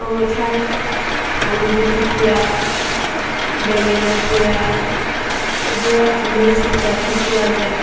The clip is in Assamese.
অঙঠাত আলুগুটি পোৰা বেঙেনা পোৰা এইবোৰৰ আমেজ শীততহে পোৱা যায়